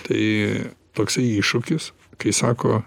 tai toksai iššūkis kai sako